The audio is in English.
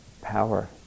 power